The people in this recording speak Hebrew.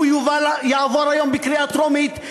הוא יעבור היום בקריאה טרומית,